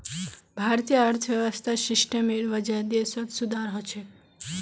भारतीय अर्थव्यवस्था सिस्टमेर वजह देशत सुधार ह छेक